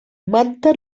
manta